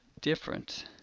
different